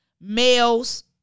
males